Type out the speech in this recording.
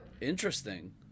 interesting